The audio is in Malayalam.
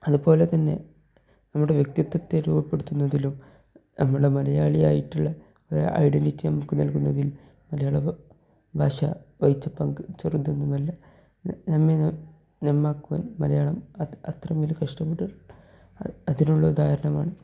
അതുപോലെ തന്നെ നമ്മുടെ വ്യക്തിത്വത്തെ രൂപപ്പെടുത്തുന്നതിലും നമ്മുടെ മലയാളിയായിട്ടുള്ള ഒരു ഐഡൻറ്റിറ്റി നമുക്ക് നൽകുന്നതിൽ മലയാള ഭാഷ വഹിച്ച പങ്ക് ചെറുതൊന്നുമല്ല നമ്മെ നന്നാക്കുവാൻ മലയാളം അത്രമേൽ കഷ്ടപ്പെട്ടു അതിനുള്ള ഉദാഹരണമാണ്